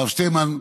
הרב שטינמן,